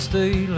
stay